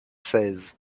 seize